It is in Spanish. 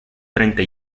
treinta